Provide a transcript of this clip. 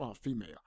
female